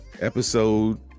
episode